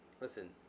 listen